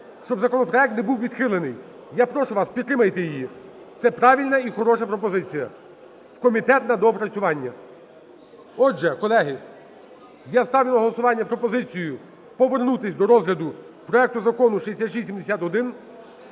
Щоб законопроект не був відхилений, я прошу вас, підтримайте її. Це правильна і хороша пропозиція - в комітет на доопрацювання. Отже, колеги, я ставлю на голосування пропозицію повернутись до розгляду проекту Закону 6671,